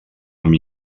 amb